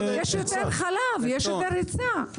יש יותר חלב, יש יותר היצע.